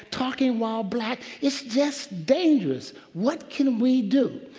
talking while black it's just dangerous. what can we do?